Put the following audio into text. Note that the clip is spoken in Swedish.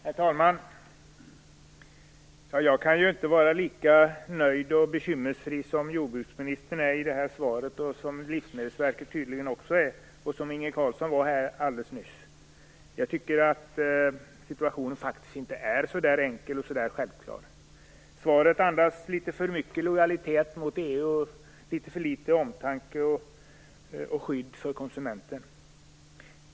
Herr talman! Jag kan inte vara lika nöjd och bekymmersfri som jordbruksministern är i sitt svar, som Livsmedelsverket tydligen också är och som Inge Carlsson var här alldeles nyss. Jag tycker faktiskt inte att situationen är så enkel och självklar. Svaret andas litet för mycket lojalitet med EU och litet för litet omtanke om och skydd för konsumenten.